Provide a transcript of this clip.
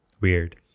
Weird